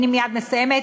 אני מייד מסיימת.